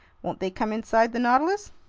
won't they come inside the nautilus?